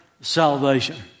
salvation